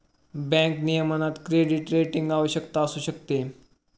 bank नियमनात credit rating आवश्यक असू शकते